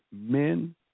men